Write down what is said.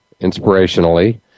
inspirationally